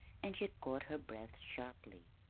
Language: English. and she caught her breath sharply.